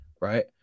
right